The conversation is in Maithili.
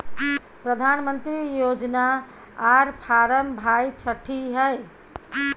प्रधानमंत्री योजना आर फारम भाई छठी है?